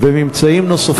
ממצאים נוספים,